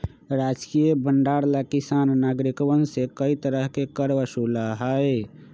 राजकीय भंडार ला सरकार नागरिकवन से कई तरह के कर वसूला हई